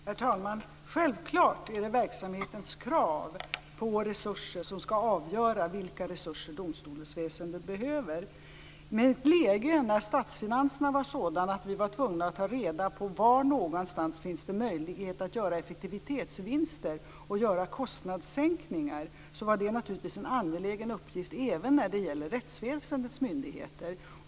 Herr talman! Självklart är det verksamhetens krav på resurser som ska avgöra vilka resurser domstolsväsendet ska ha. Men i ett läge där statsfinanserna var sådana att vi var tvungna att ta reda på var det fanns möjlighet att göra effektivitetsvinster och göra kostnadssänkningar var det naturligtvis en angelägen uppgift även när det gäller rättsväsendets myndigheter.